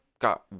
got